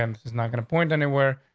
um this is not going to point anywhere.